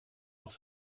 noch